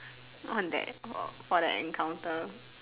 not on that for for that encounter